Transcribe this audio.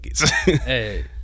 Hey